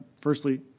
Firstly